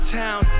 town